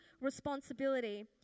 responsibility